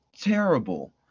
terrible